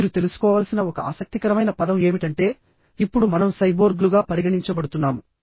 మీరు తెలుసుకోవలసిన ఒక ఆసక్తికరమైన పదం ఏమిటంటే ఇప్పుడు మనం సైబోర్గ్లుగా పరిగణించబడుతున్నాము